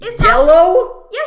yellow